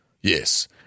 Yes